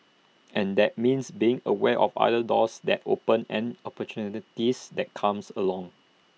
and that means being aware of other doors that open and opportunities that comes along